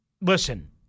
Listen